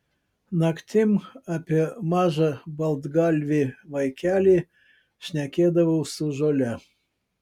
naktim apie mažą baltgalvį vaikelį šnekėdavau su žole